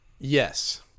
Yes